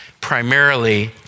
primarily